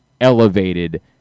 elevated